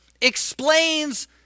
explains